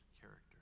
character